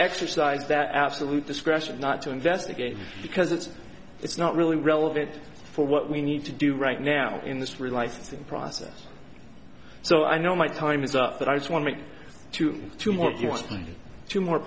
exercise that absolute discretion not to investigate because it's it's not really relevant for what we need to do right now in this relicensing process so i know my time is up but i just want me to two more just two more